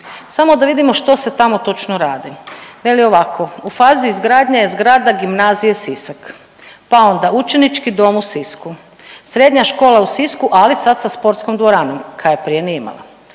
samo da vidimo što se tamo točno radi. Veli ovako, u fazi izgradnje je zgrada gimnazije Sisak, pa onda učenički dom u Sisku, srednja škola u Sisku, ali sad sa sportskom dvoranom .../Govornik se ne